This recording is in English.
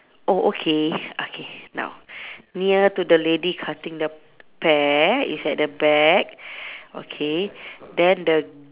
oh okay okay now near to the lady cutting the p~ pear is at the back okay then the